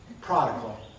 prodigal